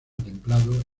templado